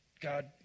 God